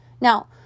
Now